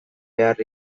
behar